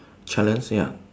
challenge ya